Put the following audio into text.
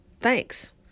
thanks